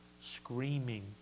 screaming